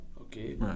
okay